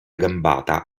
gambata